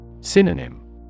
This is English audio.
synonym